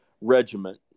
regiment